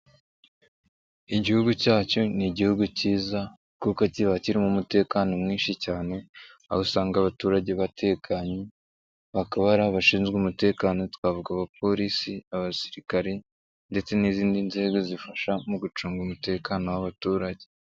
Igihugu cyacu ni Igihugu kiza kuko kiba kirimo umutekano mwinshi cyane, aho usanga abaturage batekanye bakaba ari abashinzwe umutekano twavuga: abapolisi, abasirikari ndetse n'izindi nzego zifasha mu gucunga umutekano w'abaturage.